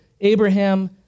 Abraham